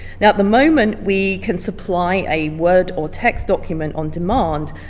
now at the moment we can supply a word or text document on demand,